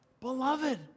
beloved